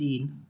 तीन